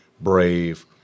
brave